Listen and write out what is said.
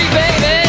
baby